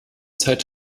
zeit